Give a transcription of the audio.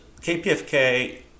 KPFK